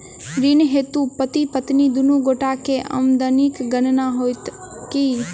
ऋण हेतु पति पत्नी दुनू गोटा केँ आमदनीक गणना होइत की?